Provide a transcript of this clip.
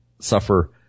suffer